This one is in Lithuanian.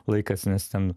laikas nes ten